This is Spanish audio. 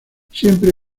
siempre